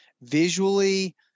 visually